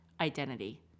Identity